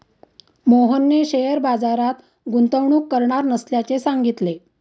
मोहनने शेअर बाजारात गुंतवणूक करणार नसल्याचे सांगितले